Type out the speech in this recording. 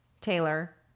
Taylor